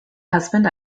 husband